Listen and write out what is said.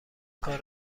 کار